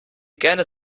gerne